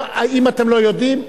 אם אתם לא יודעים,